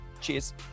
cheers